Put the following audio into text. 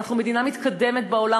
אנחנו מדינה מתקדמת בעולם,